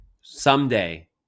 Someday